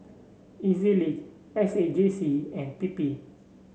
E Z Link S A J C and P P